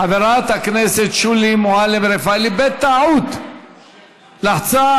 חברת הכנסת שולי מועלם-רפאלי בטעות לחצה